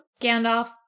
Gandalf